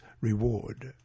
reward